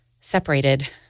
separated